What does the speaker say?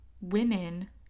Women